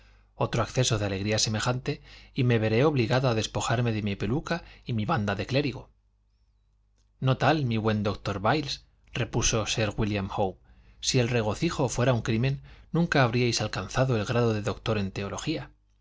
otro acceso de alegría semejante y me veré obligado a despojarme de mi peluca y mi banda de clérigo no tal mi buen doctor byles repuso sir wílliam howe si el regocijo fuera un crimen nunca habríais alcanzado el grado de doctor en teología